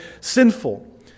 sinful